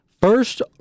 First